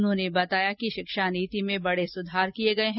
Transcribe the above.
उन्होंने बताया कि शिक्षा नीति में बड़े सुधार किये गये हैं